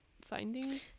finding